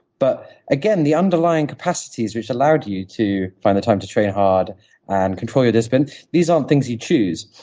but again, the underlying capacities which allowed you to find the time to train hard and control your discipline, these aren't things you choose.